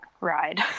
ride